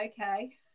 okay